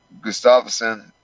Gustafsson